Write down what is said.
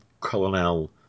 Colonel